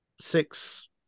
six